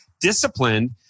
disciplined